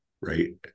right